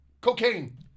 Cocaine